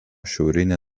šiaurinė